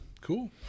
Cool